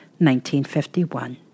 1951